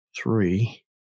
Three